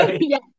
Yes